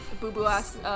boo-boo-ass